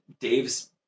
Dave's